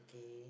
okay